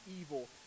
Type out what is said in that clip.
evil